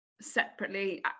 separately